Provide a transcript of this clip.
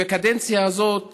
הקדנציה הזאת